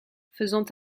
faisant